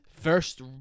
first